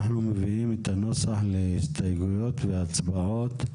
אנחנו נביא את הנוסח להסתייגויות ולהצבעות.